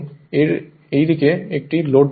এর এই দিকে একটি লোড দেওয়া হয়